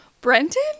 Brenton